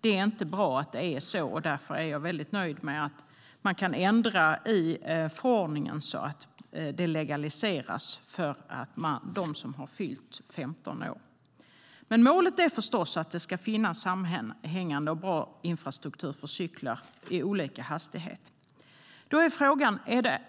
Det är inte bra att det är så, och därför är jag väldigt nöjd med att man kan ändra i förordningen så att detta legaliseras för dem som har fyllt 15 år. Målet är förstås att det ska finnas sammanhängande och bra infrastruktur för cyklar i olika hastighet. Då är frågan: